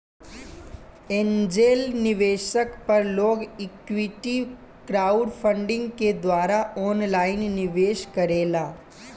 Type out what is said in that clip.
angel निवेशक पर लोग इक्विटी क्राउडफण्डिंग के द्वारा ऑनलाइन निवेश करेला